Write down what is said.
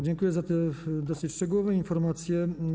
Dziękuję za te dosyć szczegółowe informacje.